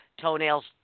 toenails